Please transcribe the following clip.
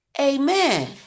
amen